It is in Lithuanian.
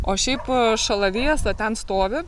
o šiaip šalavijas ten stovi